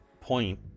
point